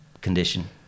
condition